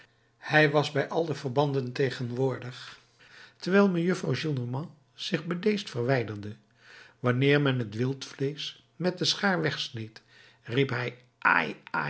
hij was bij al de verbanden tegenwoordig terwijl mejuffrouw gillenormand zich bedeesd verwijderde wanneer men het wildvleesch met de schaar wegsneed riep hij